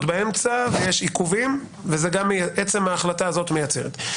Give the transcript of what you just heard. באמצע ויש עיכובים וגם עצם ההחלטה הזאת מייצרת.